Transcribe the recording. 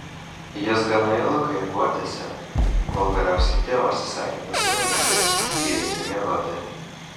jis gana ilgai guodėsi kol galiausiai tėvas įsakė nusiraminti ir eiti miegoti